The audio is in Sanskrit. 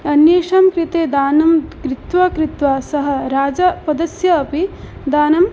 अन्येषां कृते दानं कृत्वा कृत्वा सः राजपदस्य अपि दानं